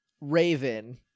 raven